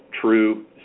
true